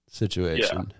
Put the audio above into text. situation